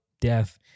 death